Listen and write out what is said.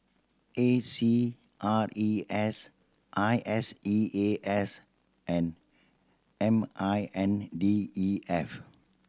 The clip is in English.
A C R E S I S E A S and M I N D E F